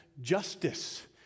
justice